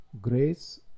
Grace